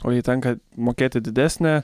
o jai tenka mokėti didesnę